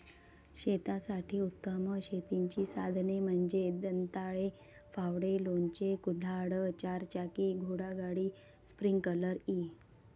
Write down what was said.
शेतासाठी उत्तम शेतीची साधने म्हणजे दंताळे, फावडे, लोणचे, कुऱ्हाड, चारचाकी घोडागाडी, स्प्रिंकलर इ